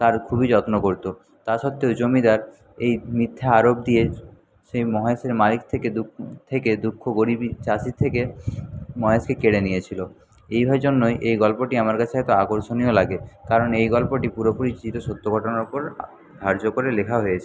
তার খুবই যত্ন করতো তা সত্ত্বেও জমিদার এই মিথ্যে আরোপ দিয়ে সেই মহেশের মালিক থেকে দু থেকে দুঃখ গরিবি চাষির থেকে মহেশকে কেড়ে নিয়েছিলো এইভাবের জন্যই এই গল্পটি আমার কাছে এত আকর্ষণীয় লাগে কারণ এই গল্পটি পুরোপুরি চিরসত্য ঘটনার ওপর আ ধার্য করে লেখা হয়েছে